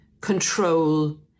control